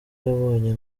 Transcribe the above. yabonye